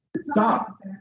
Stop